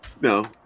No